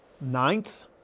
ninth